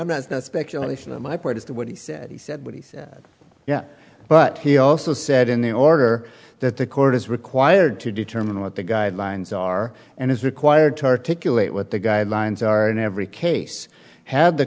that's not speculation on my part as to what he said he said what he said yeah but he also said in the order that the court is required to determine what the guidelines are and is required to articulate what the guidelines are in every case had the